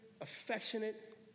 affectionate